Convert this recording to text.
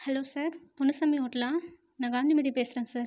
hello sir Ponnusamy ஹோட்டலா நான் காந்திமதி பேசுகிறேன் சார்